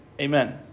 amen